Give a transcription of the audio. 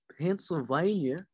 Pennsylvania